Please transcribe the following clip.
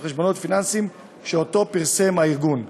של חשבונות פיננסיים שפרסם אותו ארגון.